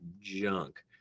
junk